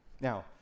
Now